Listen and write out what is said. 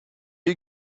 you